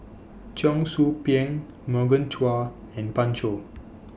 Cheong Soo Pieng Morgan Chua and Pan Shou